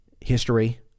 history